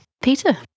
Peter